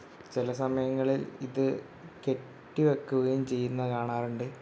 ചില സമയങ്ങളിൽ ഇത് കെട്ടി വെക്കുകയും ചെയ്യുന്നത് കാണാറുണ്ട്